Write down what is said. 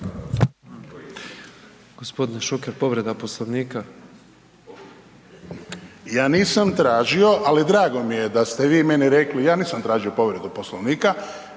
Poslovnika. **Šuker, Ivan (HDZ)** Ja nisam tražio ali drago mi je da ste i vi meni rekli, ja nisam tražio povredu Poslovnika